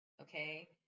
okay